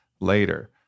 later